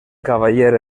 cavaller